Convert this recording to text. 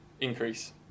increase